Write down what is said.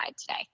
today